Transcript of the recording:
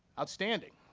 outstanding.